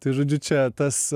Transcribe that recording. tai žodžiu čia tas